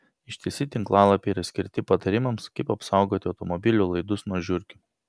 ištisi tinklalapiai yra skirti patarimams kaip apsaugoti automobilių laidus nuo žiurkių